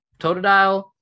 Totodile